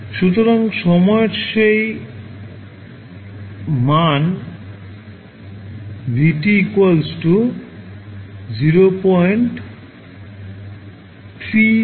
সুতরাং সেই সময়ে মান v0368V